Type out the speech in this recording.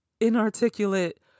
inarticulate